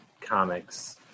comics